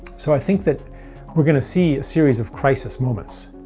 so i think that we're going to see a series of crisis moments,